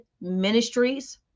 ministries